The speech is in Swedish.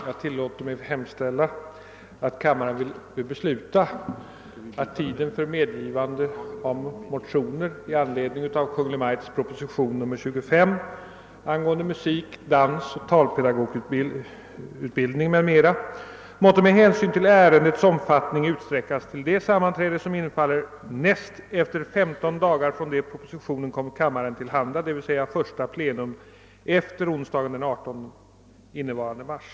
Jag tillåter mig hemställa, att kammaren ville besluta, att tiden för avgivande av motioner i anledning av Kungl. Maj:ts proposition nr 25, angående musikoch dansutbildning m.m., måtte med hänsyn till ärendets omfattning utsträckas till det sammanträde som infaller näst efter 15 dagar från det propositionen kom kammaren till handa, d.v.s. första plenum efter onsdagen den 18 innevarande mars.